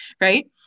Right